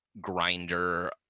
grinder